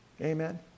Amen